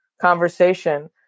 conversation